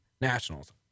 Nationals